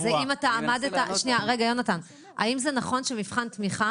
זה לפי דוח מבקר המדינה של